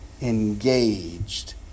Engaged